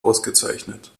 ausgezeichnet